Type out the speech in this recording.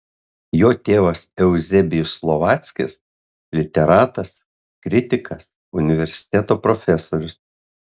jo tėvas euzebijus slovackis literatas kritikas universiteto profesorius